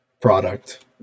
product